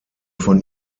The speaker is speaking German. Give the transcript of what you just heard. von